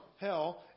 hell